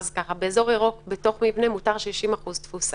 באזור ירוק בתוך מבנה מותר 60% תפוסה.